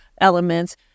elements